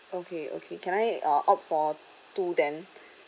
okay okay can I uh opt for two then